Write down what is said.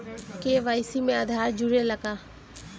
KYC में आधार जुड़े ला का?